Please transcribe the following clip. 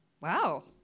Wow